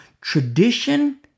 tradition